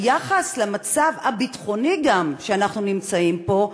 גם ביחס למצב הביטחוני שאנחנו נמצאים בו,